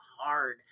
hard